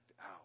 out